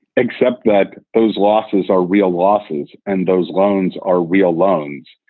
except that those losses are real losses. and those loans are real loans.